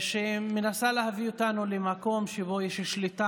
שמנסה להביא אותנו למקום שבו יש שליטה